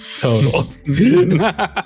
total